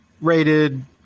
rated